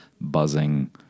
buzzing